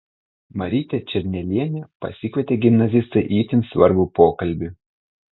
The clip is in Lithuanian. marytę černelienę pasikvietė gimnazistai į itin svarbų pokalbį